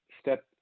step